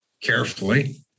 carefully